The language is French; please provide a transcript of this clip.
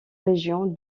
région